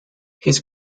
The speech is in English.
his